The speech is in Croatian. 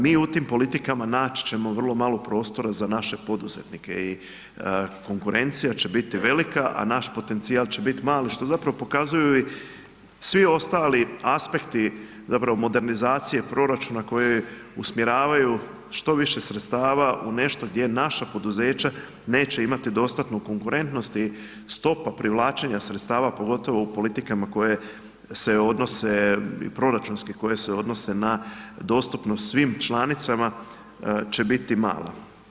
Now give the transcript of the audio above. Mi u tim politikama naći ćemo vrlo malo prostora za naše poduzetnike i konkurencija će biti velika, a naš potencijal će biti mali što zapravo pokazuju i svi ostali aspekti modernizacije proračuna koje usmjeravaju što više sredstava u nešto gdje naša poduzeća neće imati dostanu konkurentnost i stopa privlačenja sredstava, pogotovo u politikama proračunske koje se odnose na dostupnost svim članicama će biti mala.